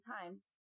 times